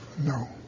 No